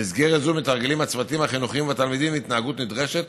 במסגרת זו מתרגלים הצוותים החינוכיים והתלמידים התנהגות נדרשת,